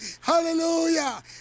Hallelujah